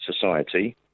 society